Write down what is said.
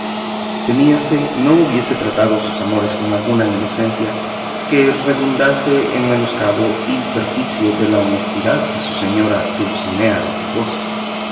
quimeristas temíase no hubiese tratado sus amores con alguna indecencia que redundase en menoscabo y perjuicio de la honestidad de su señora dulcinea del toboso